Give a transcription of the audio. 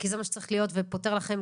אני לא מצליחה להבין את הסעיפים, ולא רק אני